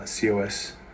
COS